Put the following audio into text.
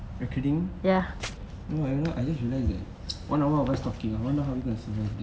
recording no I don't I just realise that one of us are talking I don't know how we gonna survive